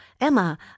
Emma